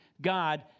God